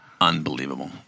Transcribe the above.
unbelievable